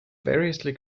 variously